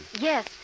Yes